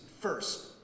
First